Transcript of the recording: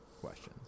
questions